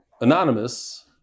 anonymous